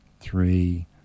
three